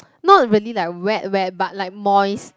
not really like wet wet but like moist